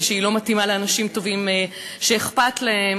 ושהיא לא מתאימה לאנשים טובים שאכפת להם.